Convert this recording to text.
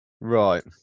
Right